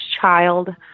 child